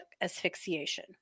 asphyxiation